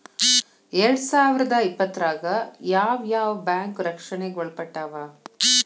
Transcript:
ಎರ್ಡ್ಸಾವಿರ್ದಾ ಇಪ್ಪತ್ತ್ರಾಗ್ ಯಾವ್ ಯಾವ್ ಬ್ಯಾಂಕ್ ರಕ್ಷ್ಣೆಗ್ ಒಳ್ಪಟ್ಟಾವ?